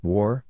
War